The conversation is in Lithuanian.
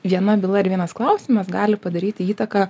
viena byla ir vienas klausimas gali padaryti įtaką